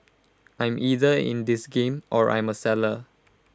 I'm either in this game or I'm A seller